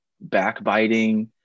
backbiting